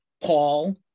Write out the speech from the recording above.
Paul